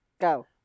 go